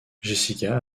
jessica